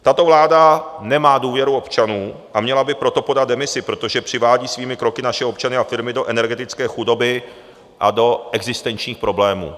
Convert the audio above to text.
Tato vláda nemá důvěru občanů, a měla by proto podat demisi, protože přivádí svými kroky naše občany a firmy do energetické chudoby a do existenčních problémů.